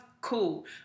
cool